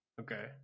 Okay